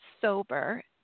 Sober